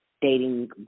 dating